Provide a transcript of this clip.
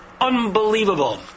unbelievable